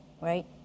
right